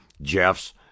Jeff's